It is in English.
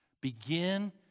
Begin